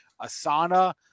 Asana